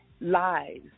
lives